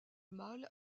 mâle